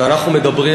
ואנחנו מדברים